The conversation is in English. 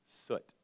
soot